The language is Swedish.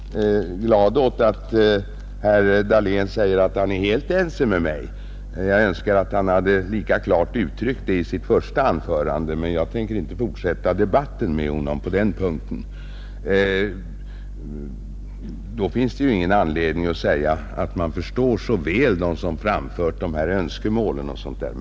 Fru talman! Jag är väldigt glad åt att herr Dahlén säger att han är helt ense med mig; jag önskar att han hade uttryckt det lika klart i sitt första anförande, men jag tänker inte fortsätta debatten med honom på den punkten. Då fanns det emellertid ingen anledning för honom att säga att han så väl förstod dem som hade framfört önskemålen i motionerna.